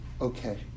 okay